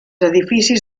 edificis